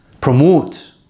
promote